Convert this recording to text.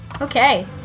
Okay